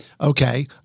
Okay